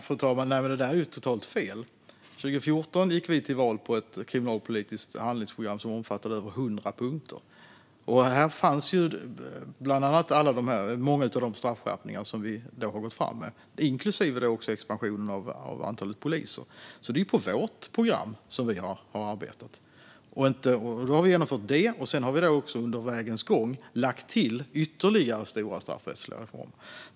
Fru talman! Det där är ju totalt fel. År 2014 gick vi till val på ett kriminalpolitiskt handlingsprogram som omfattade över hundra punkter. I det fanns bland annat många av de straffskärpningar vi har gått fram med, inklusive expansionen av antalet poliser. Det är alltså vårt program vi har arbetat utifrån. Vi har genomfört vårt program, och under vägens gång har vi dessutom lagt till ytterligare stora straffrättsliga reformer.